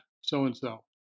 so-and-so